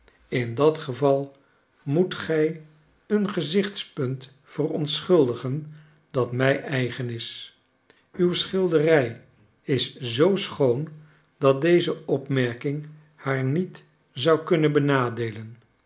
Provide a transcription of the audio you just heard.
in dat geval moet gij een gezichtspunt verontschuldigen dat mij eigen is uw schilderij is zoo schoon dat deze opmerking haar niet zou kunnen benadeelen